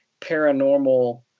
paranormal